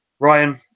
Ryan